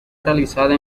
realizada